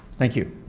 thank you.